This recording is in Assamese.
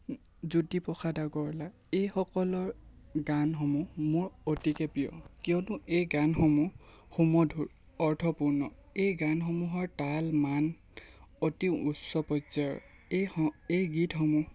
জ্যোতিপ্ৰসাদ আগৰৱালা এইসকলৰ গানসমূহ মোৰ অতিকৈ প্ৰিয় কিয়নো এই গানসমূহ সুমধুৰ অৰ্থপূৰ্ণ এই গানসমূহৰ তাল মান অতি উচ্চ পৰ্য্যায়ৰ এই এই গীতসমূহ